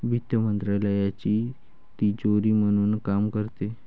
वित्त मंत्रालयाची तिजोरी म्हणून काम करते